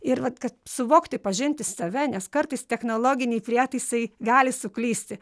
ir vat kad suvokti pažinti save nes kartais technologiniai prietaisai gali suklysti